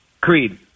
Creed